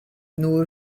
nur